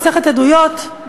מסכת עדויות,